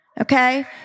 Okay